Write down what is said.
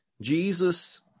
Jesus